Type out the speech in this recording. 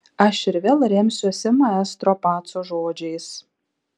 aš ir vėl remsiuosi maestro paco žodžiais